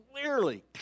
clearly